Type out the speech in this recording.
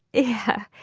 yeah.